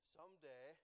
Someday